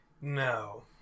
No